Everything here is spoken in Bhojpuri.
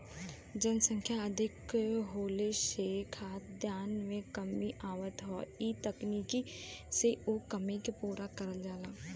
जनसंख्या अधिक होले से खाद्यान में कमी आवत हौ इ तकनीकी से उ कमी के पूरा करल जाला